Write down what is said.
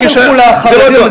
אל תלכו לחרדים.